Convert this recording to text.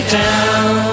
down